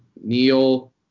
Neil